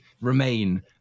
remain